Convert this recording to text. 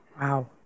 Wow